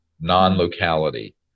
non-locality